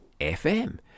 FM